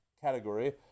category